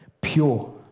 pure